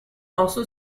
also